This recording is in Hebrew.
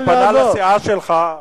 הוא פנה לסיעה שלך.